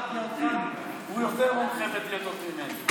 הוא יותר מומחה בדיאטות ממני.